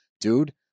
dude